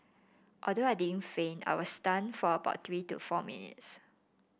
although I didn't faint I was stunned for about three to four minutes